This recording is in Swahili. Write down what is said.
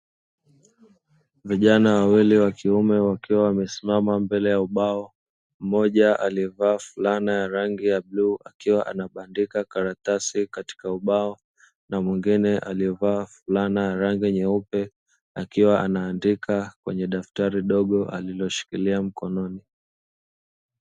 Vijana wawili wa kiume wakiwa wamesimama mbele ya ubao, mmoja aliyevaa fulana ya rangi ya bluu akiwa anabandika karatasi katika ubao, na mwingine aliyevaa fulana ya rangi nyeupe, akiwa anaandika kwenye daftari dogo aliloshikilia mkononi.